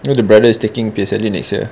know the brother is taking P_R_S_E next year